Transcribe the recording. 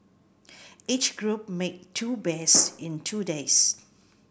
each group made two bears in two days